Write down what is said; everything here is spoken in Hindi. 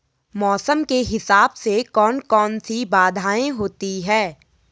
मौसम के हिसाब से कौन कौन सी बाधाएं होती हैं?